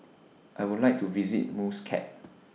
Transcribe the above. I Would like to visit Muscat